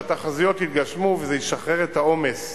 שהתחזיות יתגשמו וזה ישחרר את העומס